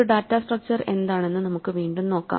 ഒരു data structure എന്താണെന്നു നമുക്ക് വീണ്ടും നോക്കാം